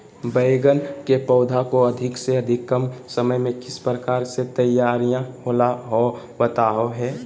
बैगन के पौधा को अधिक से अधिक कम समय में किस प्रकार से तैयारियां होला औ बताबो है?